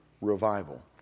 revival